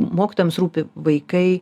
mokytojams rūpi vaikai